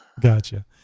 Gotcha